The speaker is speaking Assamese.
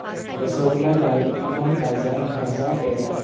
ৰসগোল্লা লালমোহন গাজা খাজা পেৰা